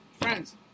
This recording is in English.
friends